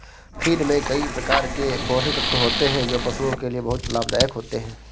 feed में कई प्रकार के पोषक तत्व होते हैं जो पशुओं के लिए बहुत लाभदायक होते हैं